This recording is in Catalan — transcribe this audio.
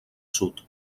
sud